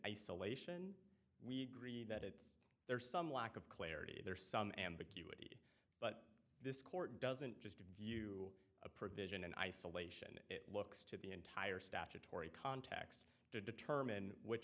isolation we agree that it's there some lack of clarity there some ambiguity but this court doesn't just view a provision in isolation it looks to the entire statutory context to determine which